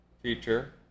feature